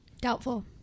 Doubtful